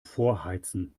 vorheizen